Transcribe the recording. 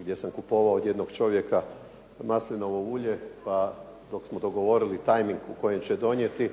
gdje sam kupovao od jednog čovjeka maslinovo ulje, pa dok smo govorili tajniku kojem će donijeti,